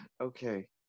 Okay